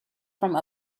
from